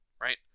right